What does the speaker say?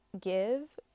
give